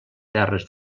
terres